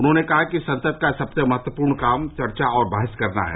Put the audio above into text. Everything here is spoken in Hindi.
उन्होंने कहा कि संसद का सबसे महत्वपूर्ण काम चर्चा और बहस करना है